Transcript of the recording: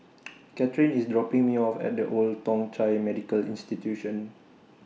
Kathyrn IS dropping Me off At The Old Thong Chai Medical Institution